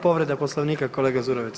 Povreda Poslovnika kolega Zurovec.